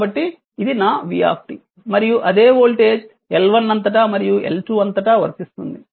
కాబట్టి ఇది నా vt మరియు అదే వోల్టేజ్ L1 అంతటా మరియు L2 అంతటా వర్తిస్తుంది